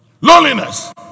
Loneliness